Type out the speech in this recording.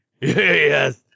Yes